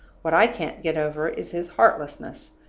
what i can't get over is his heartlessness.